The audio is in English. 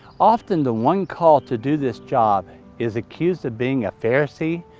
often, the one called to do this job is accused of being a pharisee,